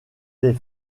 des